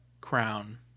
Crown